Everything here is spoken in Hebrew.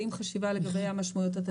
ועם חשיבה לגבי המשמעויות התקציביות.